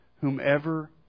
whomever